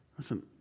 Listen